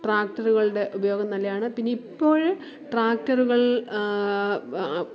ട്രാക്ടറുകളുടെ ഉപയോഗം നല്ലതാണ് പിന്നെ ഇപ്പോൾ ട്രാക്ടറുകൾ